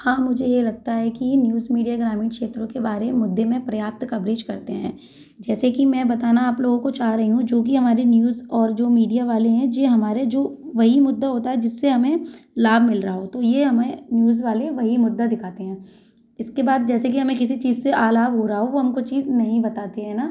हाँ मुझे ये लगता है कि न्यूज़ मीडिया ग्रामीण क्षेत्रों के बारे में मुद्दे में पर्याप्त कवरेज करते हैं जैसे कि मैं बताना आप लोगों को चाह रही हूँ जो कि हमारी न्यूज़ और जो मीडिया वाले हैं ये हमारे जो वही मुद्दा होता है जिससे हमें लाभ मिल रहा हो तो ये हमें न्यूज़ वाले वही मुद्दा दिखाते हैं इसके बाद जैसे कि हमें किसी चीज से आ लाभ हो रहा हो वो हमको चीज नहीं बताते हैं न